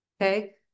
okay